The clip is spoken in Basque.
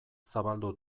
zabaldu